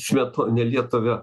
sveto nelietuvio